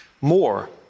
more